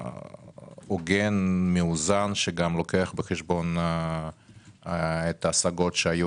הוגן ומאוזן, שלוקח בחשבון את ההשגות שהיו